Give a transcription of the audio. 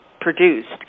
produced